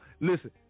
listen